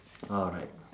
alright